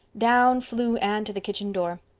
down flew anne to the kitchen door.